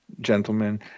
Gentlemen